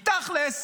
כי תכלס,